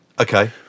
Okay